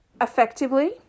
effectively